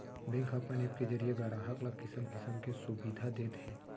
bank ह अपन app के जरिये गराहक ल किसम किसम के सुबिधा देत हे